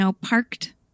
parked